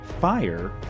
fire